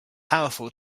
powerful